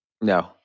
No